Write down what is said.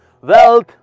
wealth